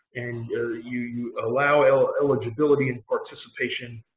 and you allow electability and participation